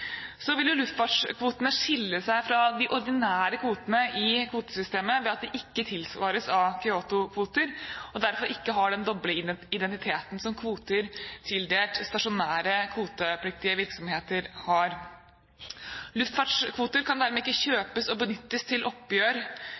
Luftfartskvotene vil skille seg fra de ordinære kvotene i kvotesystemet ved at de ikke tilsvares av Kyoto-kvoter, og derfor ikke har den doble identiteten som kvoter som er tildelt de stasjonære kvotepliktige virksomhetene, har. Luftfartskvoter kan dermed ikke kjøpes og benyttes til oppgjør